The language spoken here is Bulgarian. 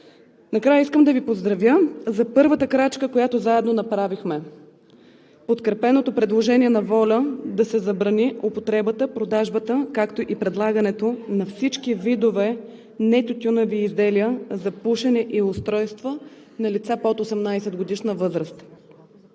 Накрая искам да Ви поздравя за първата крачка, която заедно направихме – подкрепеното предложение на ВОЛЯ да се забрани употребата, продажбата, както и предлагането на всички видове нетютюневи изделия за пушене и устройства на лица под 18-годишна възраст.